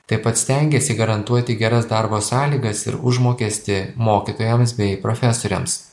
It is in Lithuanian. taip pat stengėsi garantuoti geras darbo sąlygas ir užmokestį mokytojams bei profesoriams